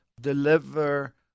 deliver